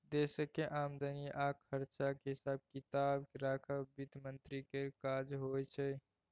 देशक आमदनी आ खरचाक हिसाब किताब राखब बित्त मंत्री केर काज होइ छै